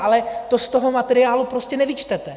Ale to z toho materiálu prostě nevyčtete.